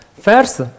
First